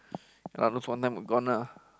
ya lose one time gone ah